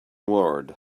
word